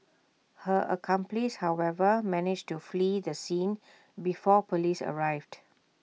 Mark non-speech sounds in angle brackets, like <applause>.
her accomplice however managed to flee the scene <noise> before Police arrived